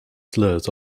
slurs